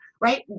right